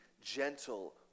gentle